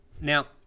Now